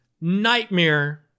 nightmare